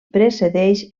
precedeix